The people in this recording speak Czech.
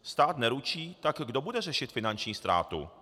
Stát neručí, tak kdo bude řešit finanční ztrátu?